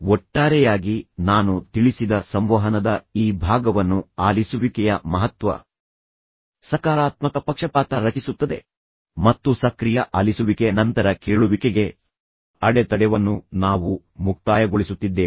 ಒಟ್ಟಾರೆಯಾಗಿ ನಾನು ತಿಳಿಸಿದ ಸಂವಹನದ ಈ ಭಾಗವನ್ನು ಆಲಿಸುವಿಕೆಯ ಮಹತ್ವ ಮತ್ತು ನಂತರ ಸಕ್ರಿಯ ಆಲಿಸುವಿಕೆ ಮತ್ತು ನಂತರ ಕೇಳುವಿಕೆಗೆ ಅಡೆತಡೆವನ್ನು ನಾವು ಮುಕ್ತಾಯಗೊಳಿಸುತ್ತಿದ್ದೇವೆ